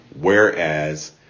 Whereas